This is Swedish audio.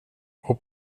och